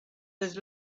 was